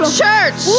church